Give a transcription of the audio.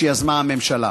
שיזמה הממשלה,